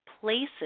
places